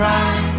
Cry